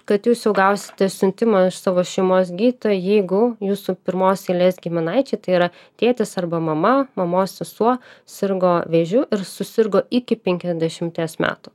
kad jūs jau gausite siuntimą iš savo šeimos gydytojo jeigu jūsų pirmos eilės giminaičiai tai yra tėtis arba mama mamos sesuo sirgo vėžiu ir susirgo iki penkiasdešimties metų